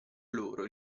loro